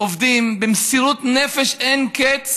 עובדים במסירות נפש אין קץ,